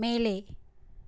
மேலே